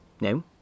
No